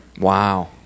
Wow